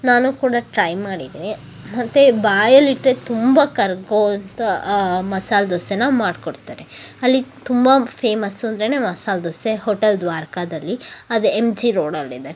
ನಾನೂ ಕೂಡ ಟ್ರೈ ಮಾಡಿದೆ ಮತ್ತು ಬಾಯಲ್ಲಿಟ್ಟರೆ ತುಂಬ ಕರ್ಗುವಂಥ ಆ ಮಸಾಲೆ ದೋಸೆನ ಮಾಡಿಕೊಡ್ತಾರೆ ಅಲ್ಲಿ ತುಂಬ ಫೇಮಸ್ ಅಂದ್ರೆ ಮಸಾಲೆ ದೋಸೆ ಹೋಟೆಲ್ ದ್ವಾರಕಾದಲ್ಲಿ ಅದು ಎಮ್ ಜಿ ರೋಡಲ್ಲಿದೆ